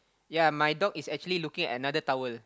ya my dog is actually looking at another towel